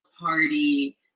party